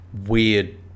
weird